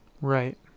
right